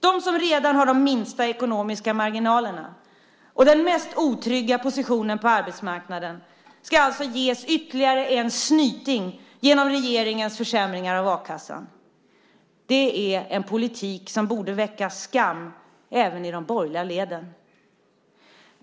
De som redan har de minsta ekonomiska marginalerna och den mest otrygga positionen på arbetsmarknaden ska alltså ges ytterligare en snyting genom regeringens försämringar av a-kassan. Det är en politik som borde väcka skam även i de borgerliga leden.